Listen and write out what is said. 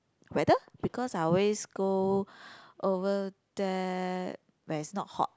weather because I always go over there when it is not hot